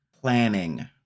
planning